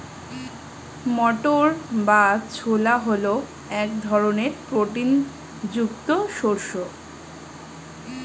মটর বা ছোলা হল এক ধরনের প্রোটিন যুক্ত শস্য